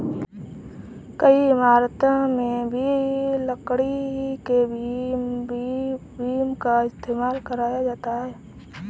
कई इमारतों में भी लकड़ी के बीम का इस्तेमाल करा जाता है